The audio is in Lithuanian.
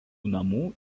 namų